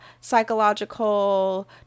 psychological